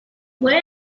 fue